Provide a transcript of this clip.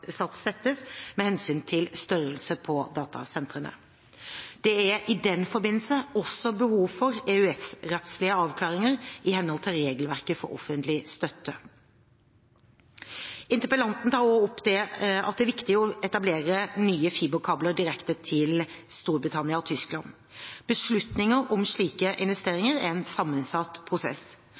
settes, med hensyn til størrelse på datasentrene. Det er i den forbindelse også behov for EØS-rettslige avklaringer i henhold til regelverket for offentlig støtte. Interpellanten tar også opp at det er viktig å etablere nye fiberkabler direkte til Storbritannia og Tyskland. Beslutninger om slike investeringer er en sammensatt prosess.